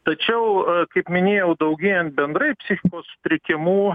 tačiau kaip minėjau daugėjant bendrai psichikos sutrikimų